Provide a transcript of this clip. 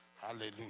Hallelujah